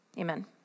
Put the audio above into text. Amen